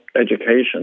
education